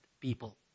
people